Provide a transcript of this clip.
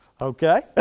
Okay